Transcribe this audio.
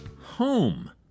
home